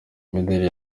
imideli